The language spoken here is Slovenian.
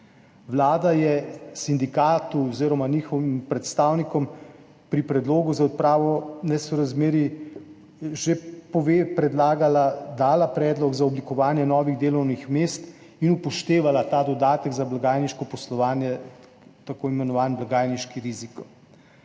Vlada je sindikatu oziroma njihovim predstavnikom pri predlogu za odpravo nesorazmerij že dala predlog za oblikovanje novih delovnih mest in upoštevala ta dodatek za blagajniško poslovanje, tako imenovani blagajniški riziko.